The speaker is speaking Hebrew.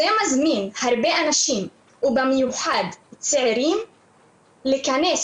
זה מזמין הרבה אנשים ובמיוחד צעירים להיכנס